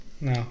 No